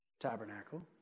tabernacle